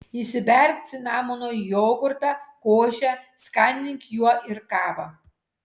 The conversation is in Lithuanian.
įsiberk cinamono į jogurtą košę skanink juo ir kavą